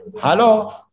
Hello